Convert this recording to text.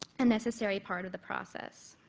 and necessary part of the process.